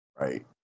right